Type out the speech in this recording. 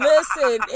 Listen